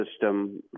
system